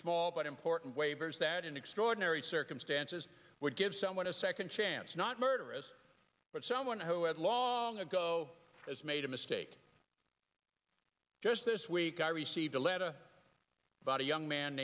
small but important waivers that in extraordinary circumstances would give someone a second chance not murderous but someone who had lot to go as made a mistake just this week i received a letter about a young man